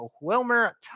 Wilmer